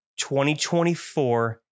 2024